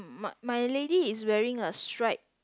my my lady is wearing a stripe